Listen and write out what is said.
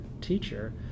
teacher